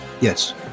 Yes